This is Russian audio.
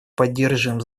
поддерживаем